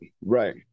right